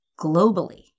globally